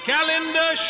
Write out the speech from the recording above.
Calendar